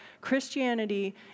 Christianity